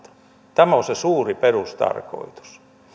tämä on se suuri perustarkoitus